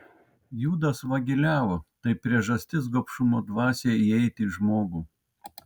judas vagiliavo tai priežastis gobšumo dvasiai įeiti į žmogų